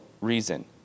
reason